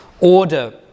Order